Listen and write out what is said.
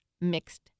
mixed